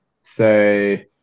Say